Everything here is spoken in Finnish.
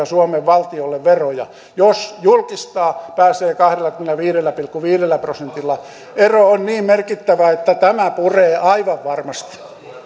suomen valtiolle veroja jos julkistaa pääsee kahdellakymmenelläviidellä pilkku viidellä prosentilla ero on niin merkittävä että tämä puree aivan varmasti